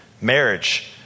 marriage